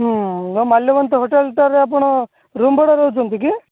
ହୁଁ ମାଲ୍ୟବନ୍ତ ହୋଟେଲ୍ ଟା ରେ ଆପଣ ରୁମ୍ ଭଡ଼ା ରହୁଛନ୍ତି କି